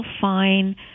fine